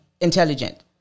intelligent